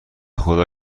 خدا